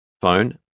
phone